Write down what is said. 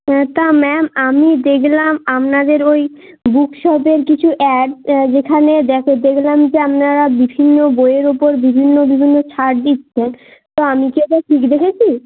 হ্যাঁ তা ম্যাম আমি দেখলাম আপনাদের ওই বুক শপের কিছু অ্যাড যেখানে দেখলাম যে আপনারা বিভিন্ন বইয়ের উপর বিভিন্ন বিভিন্ন ছাড় দিচ্ছেন তো আমি কি ওটা ঠিক দেখেছি